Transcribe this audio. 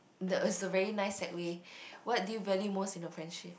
the uh survey nice that way what do you value most in your friendship